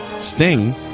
Sting